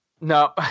No